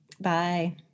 Bye